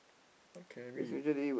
what carry